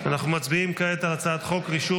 אנחנו מצביעים כעת על הצעת חוק רישום